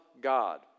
God